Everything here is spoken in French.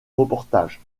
reportages